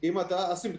אם אתה אסימפטומטי,